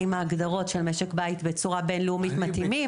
האם ההגדרות של משק בית בצורה בין-לאומית מתאימות.